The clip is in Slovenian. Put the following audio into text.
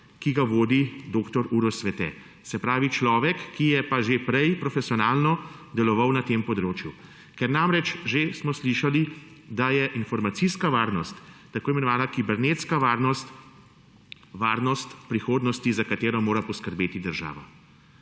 ki ga vodi dr. Uroš Svete, se pravi, človek, ki je pa že prej profesionalno deloval na tem področju. Ker namreč že smo slišali, da je informacijska varnost, tako imenovana kibernetska varnost, varnost prihodnosti, za katero mora poskrbeti država.